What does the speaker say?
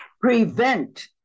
prevent